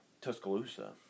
Tuscaloosa